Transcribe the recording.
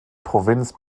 provinz